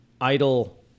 idle